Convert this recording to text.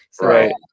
Right